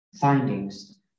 findings